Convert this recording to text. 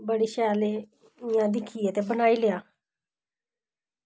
बड़े शैल हे इ'यां दिक्खियै बनाई लेआ